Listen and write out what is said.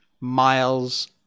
miles